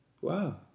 wow